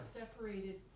separated